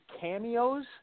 cameos